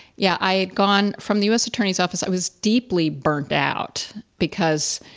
yeah, i had gone from the us attorney's office, i was deeply burnt out. because,